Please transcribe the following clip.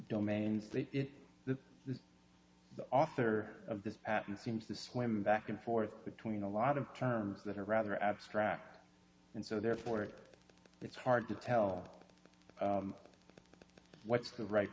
domains that the author of this patent seems to swim back and forth between a lot of terms that are rather abstract and so therefore it is hard to tell what's the right